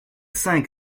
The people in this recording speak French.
cinq